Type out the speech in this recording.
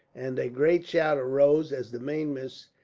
and a great shout arose as the mainmast,